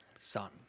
son